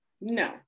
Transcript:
No